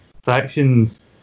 Factions